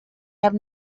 have